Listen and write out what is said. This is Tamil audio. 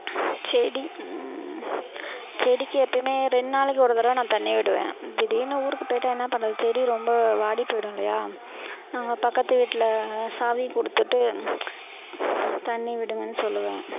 செடி செடிக்கு எப்போயுமே ரெண்டு நாளைக்கு ஒரு தடவை நான் தண்ணி விடுவேன் திடீர்னு ஊருக்கு போய்விட்டா என்ன பண்ணுறது செடி ரொம்ப வாடி போய்விடும் இல்லையா நாங்கள் பக்கத்து வீட்டில் சாவி கொடுத்துட்டு தண்ணி விடுங்கனு சொல்லுவேன்